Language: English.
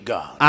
God